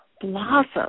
blossom